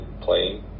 playing